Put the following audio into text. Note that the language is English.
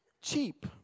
cheap